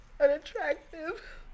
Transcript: unattractive